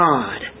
God